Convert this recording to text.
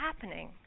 happening